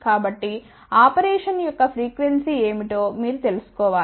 కాబట్టి ఆపరేషన్ యొక్క ఫ్రీక్వెన్సీ ఏమిటో మీరు తెలుసుకోవాలి